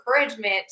encouragement